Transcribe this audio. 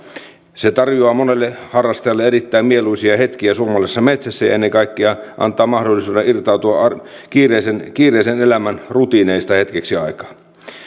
se tarjoaa monelle harrastajalle erittäin mieluisia hetkiä suomalaisessa metsässä ja ennen kaikkea antaa mahdollisuuden irtautua kiireisen kiireisen elämän rutiineista hetkeksi aikaa